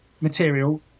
material